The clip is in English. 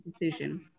decision